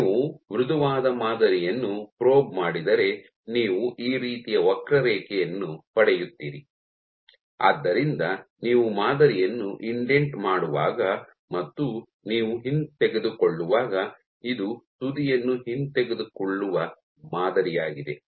ನೀವು ಮೃದುವಾದ ಮಾದರಿಯನ್ನು ಪ್ರೋಬ್ ಮಾಡಿದರೆ ನೀವು ಈ ರೀತಿಯ ವಕ್ರರೇಖೆಯನ್ನು ಪಡೆಯುತ್ತೀರಿ ಆದ್ದರಿಂದ ನೀವು ಮಾದರಿಯನ್ನು ಇಂಡೆಂಟ್ ಮಾಡುವಾಗ ಮತ್ತು ನೀವು ಹಿಂತೆಗೆದುಕೊಳ್ಳುವಾಗ ಇದು ತುದಿಯನ್ನು ಹಿಂತೆಗೆದುಕೊಳ್ಳುವ ಮಾದರಿ ಯಾಗಿದೆ